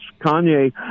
Kanye